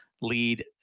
lead